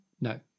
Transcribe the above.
No